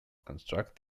construct